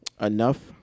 Enough